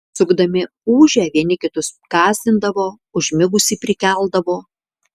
sukdami ūžę vieni kitus gąsdindavo užmigusį prikeldavo